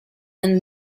and